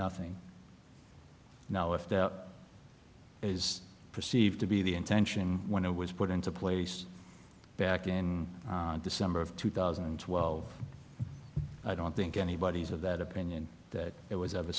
nothing now if there is perceived to be the intention when i was put into place back in december of two thousand and twelve i don't think anybody's of that opinion that it was ever